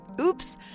Oops